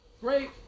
Great